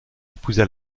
épousa